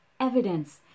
evidence